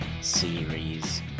series